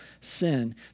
sin